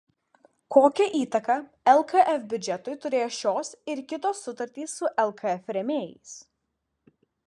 kokią įtaką lkf biudžetui turėjo šios ir kitos sutartys su lkf rėmėjais